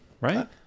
Right